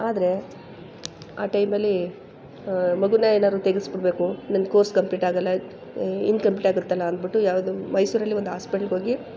ಆದರೆ ಆ ಟೈಮಲ್ಲಿ ಮಗುನ ಏನಾದ್ರು ತೆಗಸಿಬಿಡ್ಬೇಕು ನಂದು ಕೋರ್ಸ್ ಕಂಪ್ಲೀಟ್ ಆಗೋಲ್ಲ ಇನ್ಕಂಪ್ಲೀಟ್ ಆಗುತ್ತಲ್ಲ ಅಂದ್ಬಿಟ್ಟು ಯಾವುದು ಮೈಸೂರಲ್ಲಿ ಒಂದು ಆಸ್ಪೆಟ್ಲ್ಗೋಗಿ